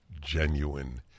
genuine